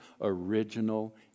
original